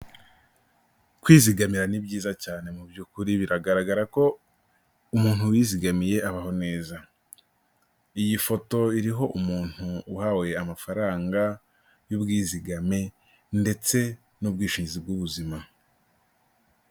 Kwizigamira ni byiza cyane mu by'ukuri biragaragara ko umuntu wizigamiye abaho neza. Iyi foto iriho umuntu uhawe amafaranga y'ubwizigame ndetse n'ubwishingizi bw'ubuzima.